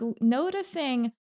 noticing